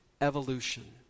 evolution